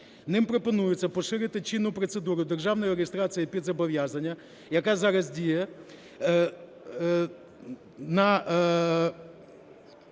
Ним пропонується поширити чинну процедуру державної реєстрації під зобов'язання, яка зараз діє,